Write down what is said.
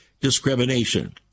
discrimination